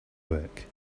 work